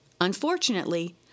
Unfortunately